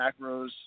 macros